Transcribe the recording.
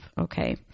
Okay